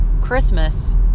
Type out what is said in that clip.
Christmas